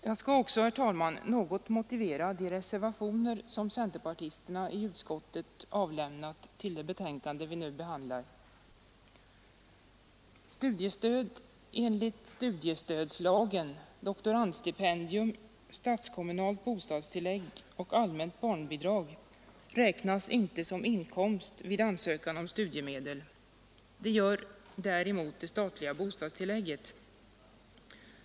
Jag skall också, herr talman, något motivera de reservationer som centerpartisterna i utskottet avlämnat till det betänkande vi nu behandlar. Studiestöd enligt studiestödslagen, doktorandstipendium, statskommunalt bostadstillägg och allmänt barnbidrag räknas inte som inkomst vid ansökan om studiemedel. Det gör däremot det statliga bostadstillägget.